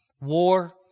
war